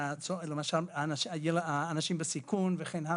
למשל אנשים בסיכון וכן הלאה,